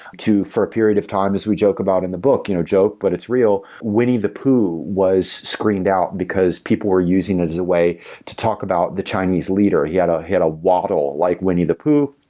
to for a period of time as we joke about in the book, you know joke but it's real, winnie the pooh was screened out, because people were using it as a way to talk about the chinese leader. he had he had a waddle like winnie the pooh.